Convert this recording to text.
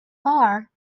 far